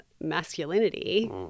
masculinity